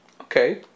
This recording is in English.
Okay